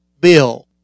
bill